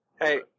Hey